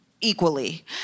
equally